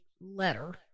letter